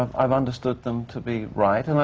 i've understood them to be right. and